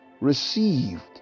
received